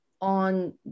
on